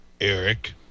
Eric